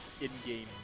in-game